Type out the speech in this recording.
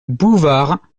bouvard